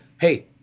hey